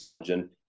engine